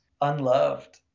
unloved